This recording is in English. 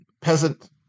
peasant